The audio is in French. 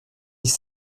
dix